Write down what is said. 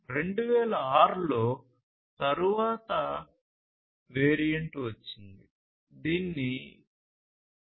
2006 లో తరువాతి వేరియంట్ వచ్చింది దీనిని 802